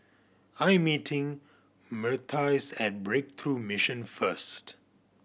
I am meeting Myrtice at Breakthrough Mission first